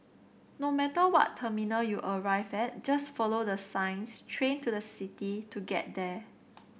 no matter what terminal you arrive at just follow the signs train to the city to get there